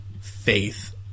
faith